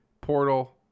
portal